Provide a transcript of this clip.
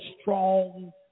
strong